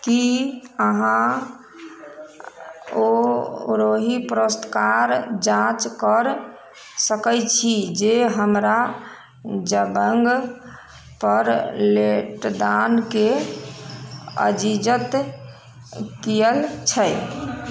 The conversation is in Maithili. की अहाँ ओहि पुरस्कार जाँच कर सकैत छी जे हमरा जबौंग पर लेटदानके अजिजत कियल छै